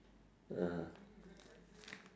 (uh huh)